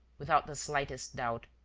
without the slightest doubt.